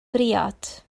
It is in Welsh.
briod